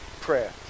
Prayer